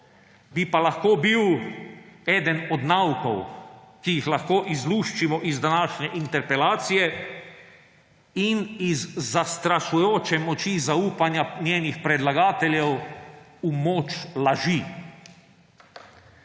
bi pa lahko bil eden od naukov, ki jih lahko izluščimo iz današnje interpelacije in iz zastrašujoče moči zaupanja njenih predlagateljev v moč laži.